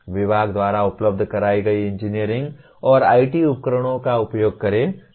विभाग द्वारा उपलब्ध कराई गई इंजीनियरिंग और IT उपकरणों का उपयोग करें